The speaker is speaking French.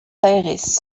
aires